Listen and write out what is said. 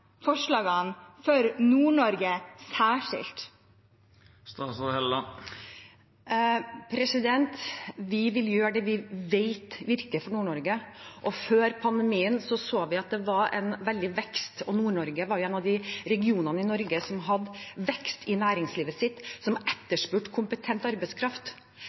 forslagene for Nord-Norge, særskilt? Vi vil gjøre det vi vet virker for Nord-Norge. Før pandemien så vi at Nord-Norge var en av de regionene i Norge som hadde vekst i næringslivet, som etterspurte kompetent arbeidskraft.